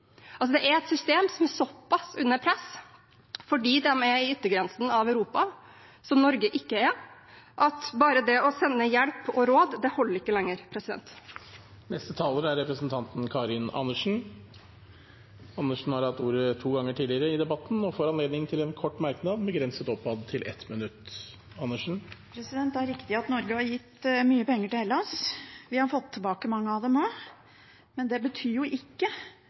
Det er et system som er såpass under press, fordi de er i yttergrensen av Europa, som Norge ikke er, at bare det å sende hjelp og råd ikke holder lenger. Representanten Karin Andersen har hatt ordet to ganger tidligere og får ordet til en kort merknad, avgrenset til 1 minutt. Det er riktig at Norge har gitt mye penger til Hellas. Vi har fått tilbake mye av dem også, men det betyr jo ikke